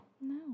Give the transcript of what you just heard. No